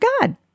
God